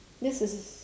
this is